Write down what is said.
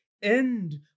end